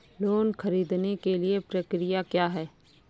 Loan ख़रीदने के लिए प्रक्रिया क्या है?